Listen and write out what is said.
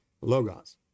Logos